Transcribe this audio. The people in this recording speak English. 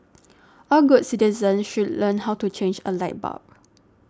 all good citizens should learn how to change a light bulb